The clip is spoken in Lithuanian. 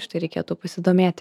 štai reikėtų pasidomėti